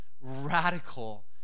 Radical